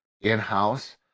in-house